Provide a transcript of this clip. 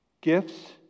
gifts